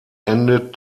endet